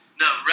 No